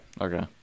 Okay